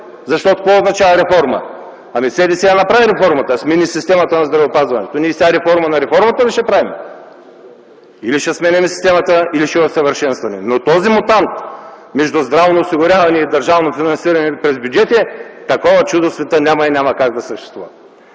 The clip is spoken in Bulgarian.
Защото какво означава реформа? Ами СДС направи реформата – смени системата на здравеопазването. Ние сега реформа на реформата ли ще правим? Или ще сменяме системата, или ще я усъвършенстваме! Но този мутант между здравно осигуряване и държавно финансиране през бюджета – такова чудо в света няма и няма как да съществува!